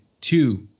two